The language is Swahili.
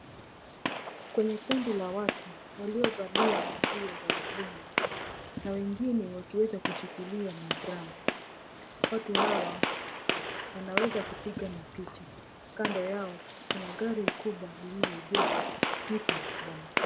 Kwenye kundi la watu waliovalia nguo za grini na wengine wakiweza kushikilia madrumu watu hawa wanaweza kupiga mapicha kando yao kuna gari kubwa lililoegeshwa miti mikubwa mikubwa.